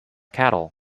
cattle